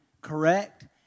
correct